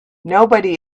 nobody